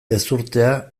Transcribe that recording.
ezurtea